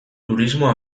turismo